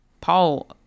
Paul